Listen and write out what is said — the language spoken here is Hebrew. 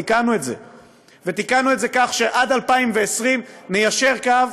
תיקנו את זה כך שעד 2020 ניישר קו,